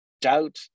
doubt